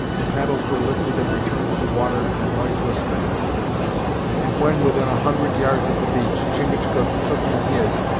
the paddles were lifted and returned to the water in a noiseless manner and when within a hundred yards of the beach, chingachgook took in his,